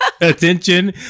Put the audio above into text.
attention